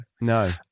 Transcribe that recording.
No